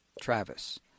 Travis